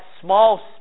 small